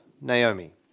Naomi